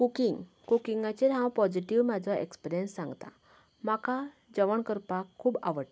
cooking कुकिंगाचेर हांव positive म्हाजो ऍक्सपिरीयन्स सांगता म्हाका जेवण करपाक खूब आवडटा